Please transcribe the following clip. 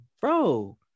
bro